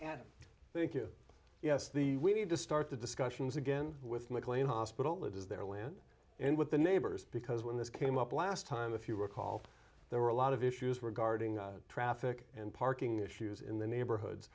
inc you yes the we need to start the discussions again with mclean hospital it is their land and with the neighbors because when this came up last time if you recall there were a lot of issues regarding traffic and parking issues in the neighborhoods